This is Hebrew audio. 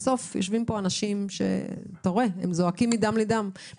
בסוף, יושבים פה אנשים שזועקים מדם לבם.